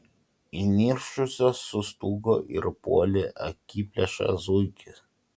įniršusios sustūgo ir puolė akiplėšą zuikį